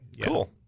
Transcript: Cool